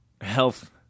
health